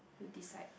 to decide